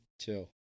chill